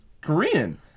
Korean